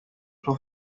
suo